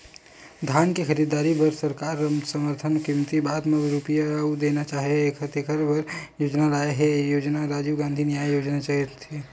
धान के खरीददारी बर सरकार समरथन कीमत के बाद जतना रूपिया अउ देना हे तेखर बर योजना लाए हे योजना राजीव गांधी न्याय योजना हे